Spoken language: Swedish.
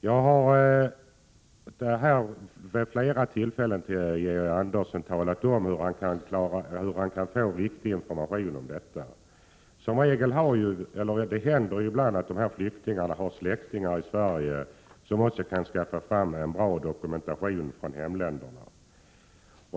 Jag har vid flera tillfällen talat om för Georg Andersson hur han kan få viktig information om detta. Det händer ibland att de här flyktingarna har släktingar i Sverige som också kan skaffa fram en bra dokumentation från hemländerna.